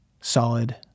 solid